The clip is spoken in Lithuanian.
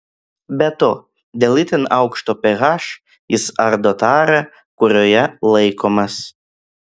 be to dėl itin aukšto ph jis ardo tarą kurioje laikomas